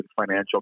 financial